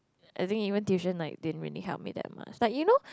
I think even tuition like didn't really help me that like you know